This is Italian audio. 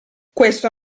questo